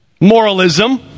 Moralism